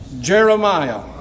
Jeremiah